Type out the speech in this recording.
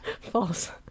False